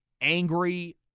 angry